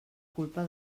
culpa